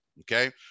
Okay